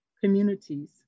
communities